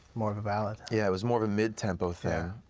more of a ballad? yeah, it was more of a mid-tempo thing,